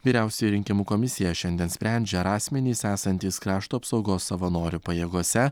vyriausioji rinkimų komisija šiandien sprendžia ar asmenys esantys krašto apsaugos savanorių pajėgose